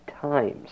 times